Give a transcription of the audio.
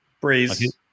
Breeze